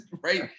right